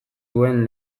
duen